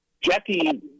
Jackie